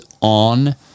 on